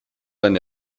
eine